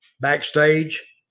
Backstage